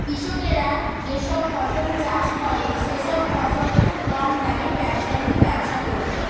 কৃষকেরা যেসব ফসল চাষ করে সেসব ফসল খুব কম দামে ব্যবসায়ীকে ব্যবসা করে দেয়